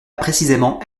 précisément